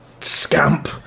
scamp